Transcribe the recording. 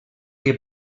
que